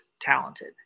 talented